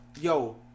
yo